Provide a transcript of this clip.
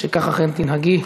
שכך אכן תנהגי.